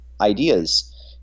ideas